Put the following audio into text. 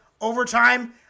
Overtime